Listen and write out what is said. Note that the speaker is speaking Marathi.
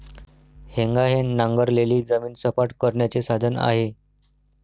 हेंगा हे नांगरलेली जमीन सपाट करण्याचे साधन आहे